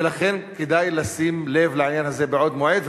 ולכן כדאי לשים לב לעניין הזה מבעוד מועד,